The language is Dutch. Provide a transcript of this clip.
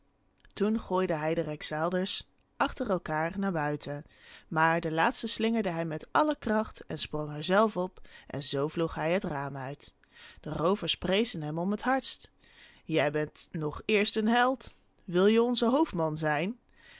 toen gooide hij de rijksdaalders achter elkaâr allemaal naar buiten maar den laatsten slingerde hij met alle kracht en sprong er zelf op en zoo vloog hij het raam uit de roovers prezen hem om het hardst jij bent nog eerst een held wil je onze hoofdman zijn